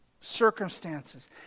circumstances